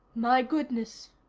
my goodness,